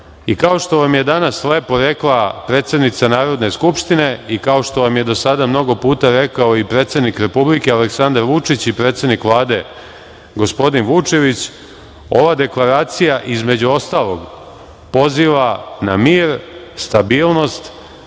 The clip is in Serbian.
što vam je danas lepo rekla predsednica Narodne skupštine i kao što vam je do sada mnogo puta rekao i predsednik Republike Aleksandar Vučić i predsednik Vlade gospodin Vučević, ova deklaracija, između ostalog, poziva na mir, stabilnost.